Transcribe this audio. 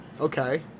Okay